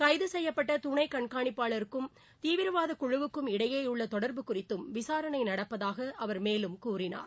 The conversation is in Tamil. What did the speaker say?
கைது செய்யப்பட்ட துணை கண்காணிப்பாளருக்கும் தீவிரவாத குழுவுக்கும் இடையேயுள்ள தொடர்பு குறித்தும் விசாரணை நடப்பதாக அவர் மேலும் கூறினார்